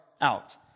out